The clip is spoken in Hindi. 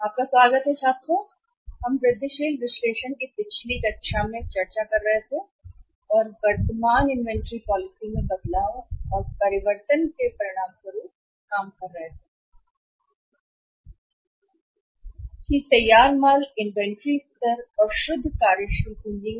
आपका स्वागत है छात्रों इसलिए हम वृद्धिशील विश्लेषण और पिछली कक्षा में चर्चा कर रहे हैं इन्वेंट्री पॉलिसी में बदलाव को वर्तमान से ए और परिवर्तन के परिणामस्वरूप काम कर रहे थे इन्वेंट्री पॉलिसी में कंपनी द्वारा तैयार किए गए निवेश को समाप्त करने की आवश्यकता है माल सूची स्तर और शुद्ध कार्यशील पूंजी में